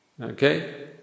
Okay